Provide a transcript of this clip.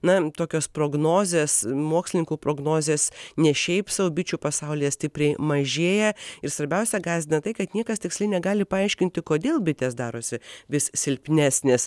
na tokios prognozės mokslininkų prognozės ne šiaip sau bičių pasaulyje stipriai mažėja ir svarbiausia gąsdina tai kad niekas tiksliai negali paaiškinti kodėl bitės darosi vis silpnesnės